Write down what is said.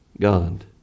God